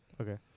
Okay